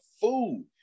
Food